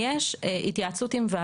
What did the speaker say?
נשאר רק